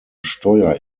steuer